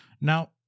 Now